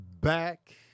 back